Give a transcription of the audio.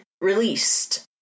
released